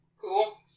Cool